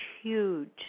huge